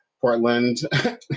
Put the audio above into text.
Portland